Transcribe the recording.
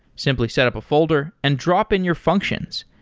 simply set up a folder and drop in your functions.